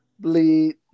Bleed